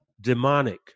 demonic